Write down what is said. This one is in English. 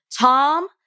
Tom